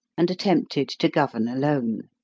and attempted to govern alone.